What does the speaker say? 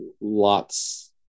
lots